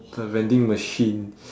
a vending machine